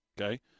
Okay